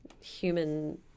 human